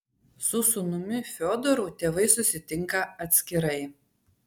su sūnumi fiodoru tėvai susitinka atskirai